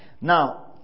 Now